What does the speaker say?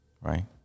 right